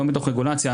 לא מתוך רגולציה.